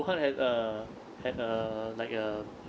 wuhan had a had a like a